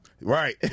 Right